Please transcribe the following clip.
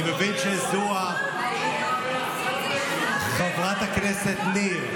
אני מבין שזו, חברת הכנסת ניר,